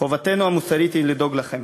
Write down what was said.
חובתנו המוסרית היא לדאוג לכם.